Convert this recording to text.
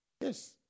Yes